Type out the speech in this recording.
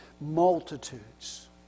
multitudes